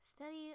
Study